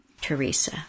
Teresa